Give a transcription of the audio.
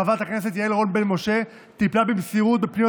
חברת הכנסת יעל רון בן משה טיפלה במסירות בפניות